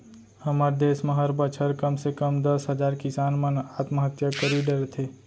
हमर देस म हर बछर कम से कम दस हजार किसान मन आत्महत्या करी डरथे